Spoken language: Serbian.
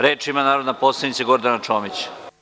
Reč ima narodna poslanica Gordana Čomić.